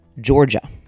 Georgia